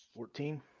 Fourteen